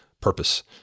purpose